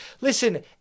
listen